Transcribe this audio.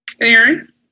Aaron